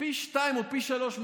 פי שניים או פי שלושה.